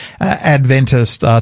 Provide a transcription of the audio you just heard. Adventist